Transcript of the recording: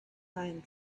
pine